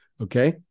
Okay